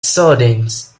sardines